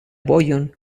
vojon